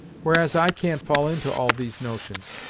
whereas i can't fall into all these notions,